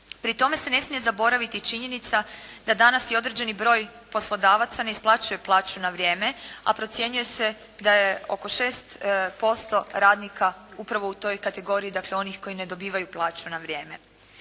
Pri tome se ne smije zaboraviti činjenica da danas i određeni broj poslodavaca ne isplaćuje plaću na vrijeme a procjenjuje se da je oko 6% radnika upravo u toj kategoriji dakle onih koji ne dobivaju plaću na vrijeme.